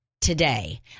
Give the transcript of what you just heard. today